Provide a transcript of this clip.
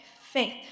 faith